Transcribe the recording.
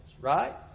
right